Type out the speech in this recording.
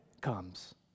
comes